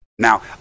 now